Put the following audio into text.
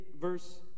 verse